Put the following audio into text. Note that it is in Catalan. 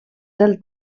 del